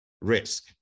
risk